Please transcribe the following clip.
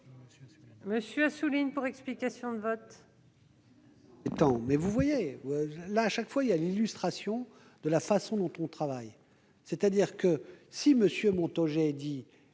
M. David Assouline, pour explication de vote.